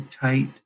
tight